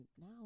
now